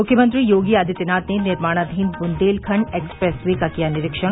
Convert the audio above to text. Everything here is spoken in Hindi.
मुख्यमंत्री योगी आदित्यनाथ ने निर्माणाधीन बुंदेलखंड एक्सप्रेस वे का किया निरीक्षण